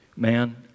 Man